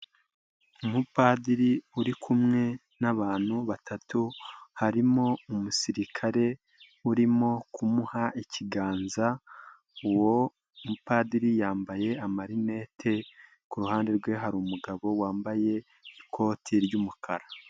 Umupadiri uri kumwe n'abantu batatu, harimo umusirikare uri kumuha ikiganza, uwo mupadiri yambaye amalineti , kuruhande rwe hari umugabo ,wambaye ikoti ry'umukara.